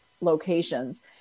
locations